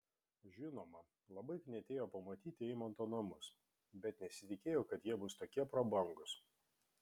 žinoma labai knietėjo pamatyti eimanto namus bet nesitikėjau kad jie bus tokie prabangūs